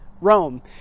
Rome